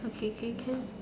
okay okay can